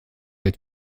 wird